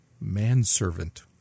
manservant